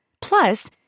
Plus